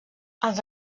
els